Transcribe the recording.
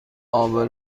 عابر